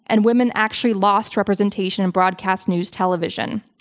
and women actually lost representation in broadcast news television.